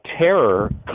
terror